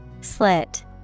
Slit